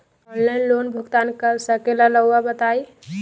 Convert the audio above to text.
Online loan भुगतान कर सकेला राउआ बताई?